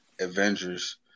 Avengers